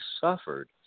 suffered